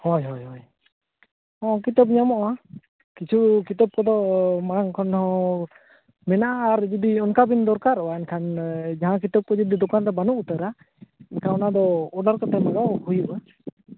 ᱦᱳᱭ ᱦᱳᱭ ᱦᱚᱸ ᱠᱤᱛᱟᱹᱵ ᱧᱟᱢᱚᱜᱼᱟ ᱠᱤᱪᱷᱩ ᱠᱤᱛᱟᱹᱵ ᱠᱚᱫᱚ ᱢᱟᱲᱟᱝ ᱠᱷᱚᱱ ᱦᱚᱸ ᱢᱮᱱᱟᱜᱼᱟ ᱟᱨ ᱡᱩᱫᱤ ᱚᱱᱠᱟᱵᱮᱱ ᱫᱚᱨᱠᱟᱨᱚᱜᱼᱟ ᱮᱱᱠᱷᱟᱱ ᱡᱟᱦᱟᱸ ᱠᱤᱛᱟᱹᱵ ᱠᱚ ᱡᱩᱫᱤ ᱫᱚᱠᱟᱱ ᱨᱮ ᱵᱟᱹᱱᱩᱜ ᱩᱛᱟᱹᱨᱟ ᱮᱱᱠᱷᱟᱱ ᱚᱱᱟᱫᱚ ᱚᱰᱟᱨ ᱠᱟᱛᱮ ᱚᱱᱟᱫᱚ ᱢᱟᱸᱜᱟᱣ ᱦᱩᱭᱩᱜᱼᱟ